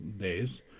days